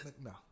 No